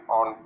on